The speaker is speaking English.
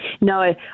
No